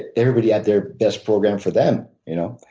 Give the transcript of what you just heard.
and everybody had their best program for them, you know?